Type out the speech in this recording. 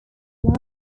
that